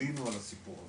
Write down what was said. עלינו על הסיפור הזה,